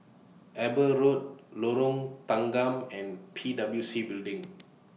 Eber Road Lorong Tanggam and P W C Building